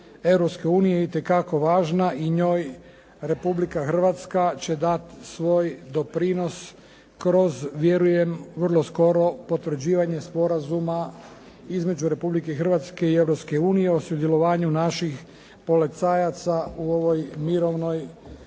unije itekako važna i njoj Republika Hrvatska će dati svoj doprinos kroz vjerujem vrlo skoro potvrđivanje sporazuma između Republike Hrvatske i Europske unije o sudjelovanju naših policajaca u ovoj mirovnoj